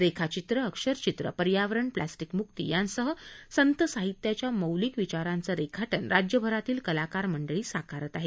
रेखाचित्र अक्षरचित्र पर्यावरण प्लास्टिकम्क्ती यांसह संत साहित्याच्या मौलिक विचारांचं रेखाटन राज्यभरातील कलाकार मंडळी साकारत आहेत